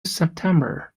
september